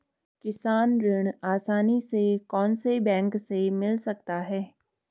किसान ऋण आसानी से कौनसे बैंक से मिल सकता है?